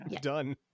Done